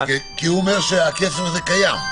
שהכסף קיים.